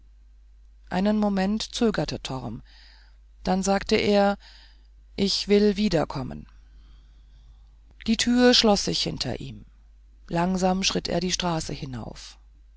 einen moment zögerte torm dann sagte er ich will wiederkommen die tür schloß sich hinter ihm langsam schritt er die straße hinauf